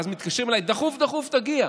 ואז מתקשרים אליי: דחוף דחוף תגיע.